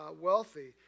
wealthy